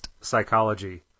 psychology